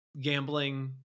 gambling